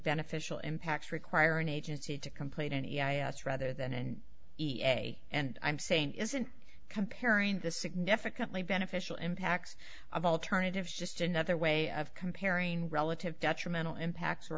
beneficial impacts require an agency to complete any i a s rather than in e a and i'm saying isn't comparing the significantly beneficial impacts of alternatives just another way of comparing relative detrimental impacts for